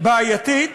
בעייתית